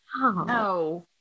No